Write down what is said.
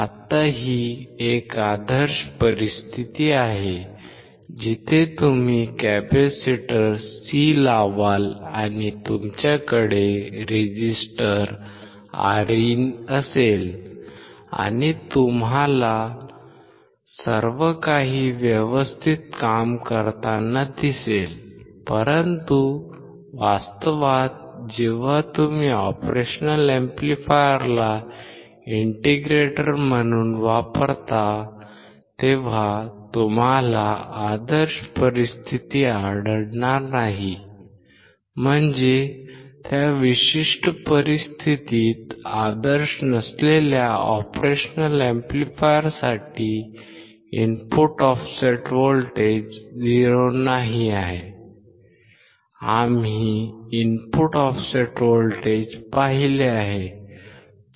आता ही एक आदर्श परिस्थिती आहे जिथे तुम्ही कॅपेसिटर सी लावाल आणि तुमच्याकडे रेझिस्टर Rin असेल आणि तुम्हाला सर्वकाही व्यवस्थित काम करताना दिसेल परंतु वास्तवात जेव्हा तुम्ही ऑपरेशनल अॅम्प्लिफायरला इंटिग्रेटर म्हणून वापरता तेव्हा तुम्हाला आदर्श परिस्थिती आढळणार नाही म्हणजे त्या विशिष्ट परिस्थितीत आदर्श नसलेल्या ऑपरेशनल अॅम्प्लिफायरसाठी इनपुट ऑफसेट व्होल्टेज 0 नाही आहे आम्ही इनपुट ऑफसेट व्होल्टेज पाहिले आहे